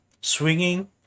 swinging